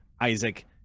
Isaac